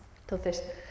Entonces